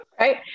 Right